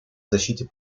защите